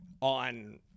on